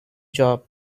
job